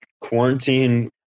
quarantine